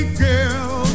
girl